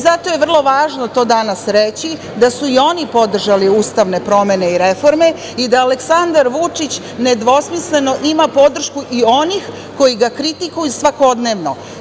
Zato je vrlo važno to danas reći da su i oni podržali ustavne promene i reforme i da Aleksandar Vučić nedvosmisleno ima podršku i onih koji ga kritikuju svakodnevno.